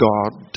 God